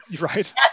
right